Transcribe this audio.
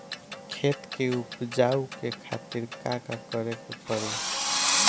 खेत के उपजाऊ के खातीर का का करेके परी?